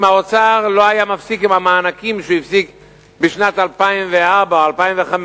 אם האוצר לא היה מפסיק לתת את המענקים ב-2004 2005,